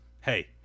hey